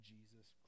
Jesus